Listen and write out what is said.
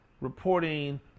reporting